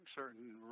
certain